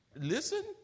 Listen